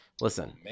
Listen